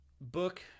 book